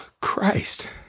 Christ